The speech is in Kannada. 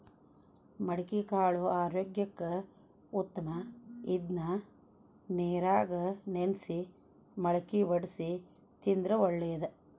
ಮಡಿಕಿಕಾಳು ಆರೋಗ್ಯಕ್ಕ ಉತ್ತಮ ಇದ್ನಾ ನೇರಾಗ ನೆನ್ಸಿ ಮಳ್ಕಿ ವಡ್ಸಿ ತಿಂದ್ರ ಒಳ್ಳೇದ